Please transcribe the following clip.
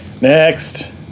Next